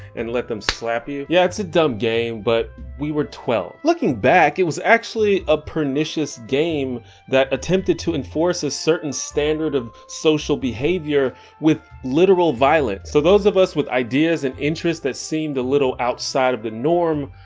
and let them slap you. yeah, it's a dumb game, but we were twelve. looking back it was actually a pernicious game that attempted to enforce a certain standard of social behavior with literal violence. so those of us with ideas and interests that seemed a little outside of the norm,